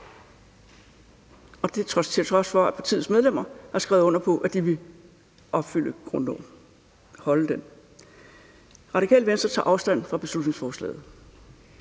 Og det er, til trods for at partiets medlemmer har skrevet under på, at de vil overholde grundloven. Radikale Venstre tager afstand fra beslutningsforslaget.